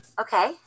Okay